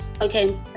okay